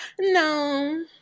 No